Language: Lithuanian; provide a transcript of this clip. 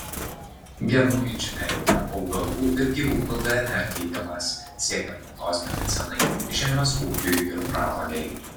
genų inžinerija augalų ir gyvūnų dnr keitimas siekiant naudos medicinai žemės ūkiui ir pramonei